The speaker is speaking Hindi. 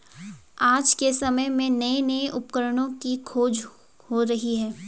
आज के समय में नये नये उपकरणों की खोज हो रही है